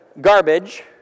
garbage